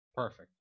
perfect